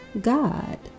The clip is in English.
God